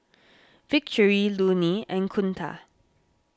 Victory Lonny and Kunta